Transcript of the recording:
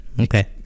okay